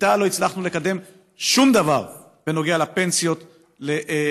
איתה לא הצלחנו לקדם שום דבר בנוגע לפנסיות לעולים.